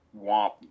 Womp